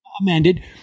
amended